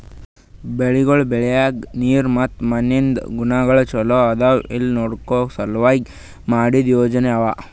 ಬೆಳಿಗೊಳ್ ಬೆಳಿಯಾಗ್ ನೀರ್ ಮತ್ತ ಮಣ್ಣಿಂದ್ ಗುಣಗೊಳ್ ಛಲೋ ಅದಾ ಇಲ್ಲಾ ನೋಡ್ಕೋ ಸಲೆಂದ್ ಮಾಡಿದ್ದ ಯೋಜನೆಗೊಳ್ ಅವಾ